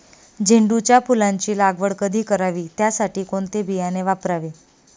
झेंडूच्या फुलांची लागवड कधी करावी? त्यासाठी कोणते बियाणे वापरावे?